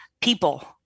people